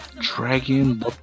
Dragon